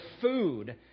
food